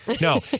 No